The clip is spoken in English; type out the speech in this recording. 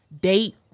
date